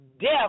death